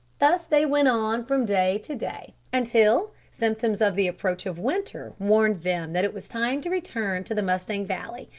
thus they went on from day to day, until symptoms of the approach of winter warned them that it was time to return to the mustang valley.